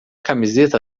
camiseta